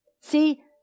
See